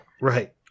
Right